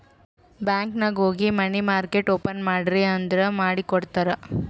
bank ನಾಗ್ ಹೋಗಿ money market open ಮಾಡ್ರಿ ಅಂದುರ್ ಮಾಡಿ ಕೊಡ್ತಾರ್